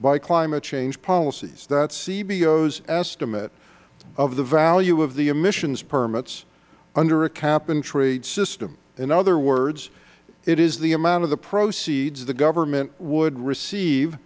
by climate change policies that is cbo's estimate of the value of the emissions permits under a cap and trade system in other words it is the amount of the proceeds the government would receive